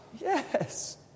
yes